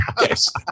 Yes